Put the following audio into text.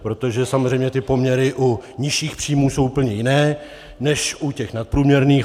Protože samozřejmě ty poměry u nižších příjmů jsou úplně jiné, než u těch nadprůměrných.